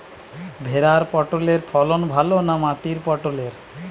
ভেরার পটলের ফলন ভালো না মাটির পটলের?